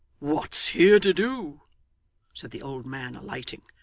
what's here to do said the old man, alighting.